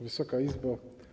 Wysoka Izbo!